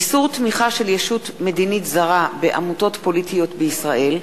איסור תמיכה של ישות מדינית זרה בעמותות פוליטיות בישראל),